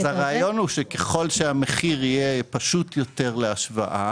הרעיון הוא שככל שהמחיר יהיה פשוט יותר להשוואה